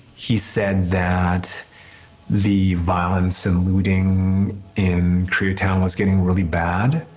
he said that the violence and looting in koreatown was getting really bad,